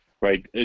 right